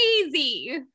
crazy